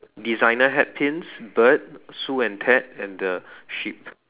designer hat pins bird Sue and Ted and the sheep